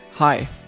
Hi